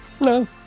No